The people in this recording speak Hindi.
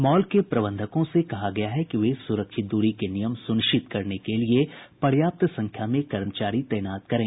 मॉल के प्रबंधकों से कहा गया है कि वे सुरक्षित दूरी के नियम सुनिश्चित करने के लिए पर्याप्त संख्या में कर्मचारी तैनात करें